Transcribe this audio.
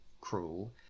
cruel